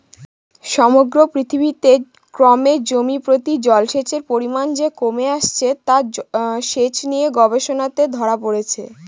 সমগ্র পৃথিবীতে ক্রমে জমিপ্রতি জলসেচের পরিমান যে কমে আসছে তা সেচ নিয়ে গবেষণাতে ধরা পড়েছে